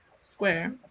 square